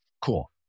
Cool